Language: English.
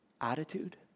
attitude